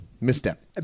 Misstep